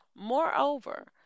Moreover